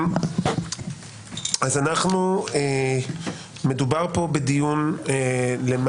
מדובר פה בדיון שהוא